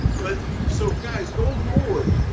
but so guys going forward,